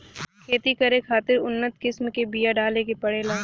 खेती करे खातिर उन्नत किसम के बिया डाले के पड़ेला